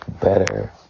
better